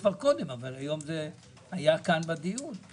התוצאה של זה תהיה כמו שהייתה התוצאה על דברים אחרים